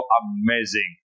amazing